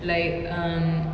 like um